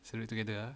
celebrate together